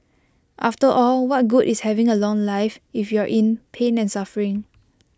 after all what good is having A long life if you're in pain and suffering